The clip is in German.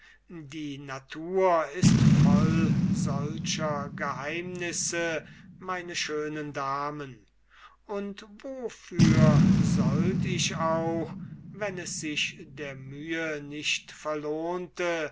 die natur ist voll solcher geheimnisse meine schönen damen und wofür sollt ich auch wenn es sich der mühe nicht verlohnte